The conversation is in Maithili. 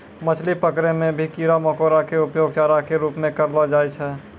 मछली पकड़ै मॅ भी कीड़ा मकोड़ा के उपयोग चारा के रूप म करलो जाय छै